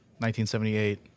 1978